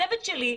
הצוות שלי,